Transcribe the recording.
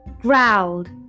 growled